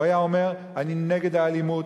הוא היה אומר: אני נגד האלימות,